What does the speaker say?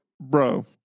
bro